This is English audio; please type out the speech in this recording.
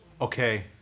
Okay